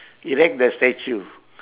erect the statue